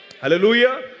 Hallelujah